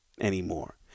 anymore